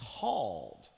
called